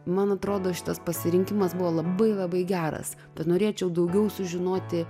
man atrodo šitas pasirinkimas buvo labai labai geras tad norėčiau daugiau sužinoti